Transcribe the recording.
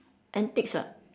antics ah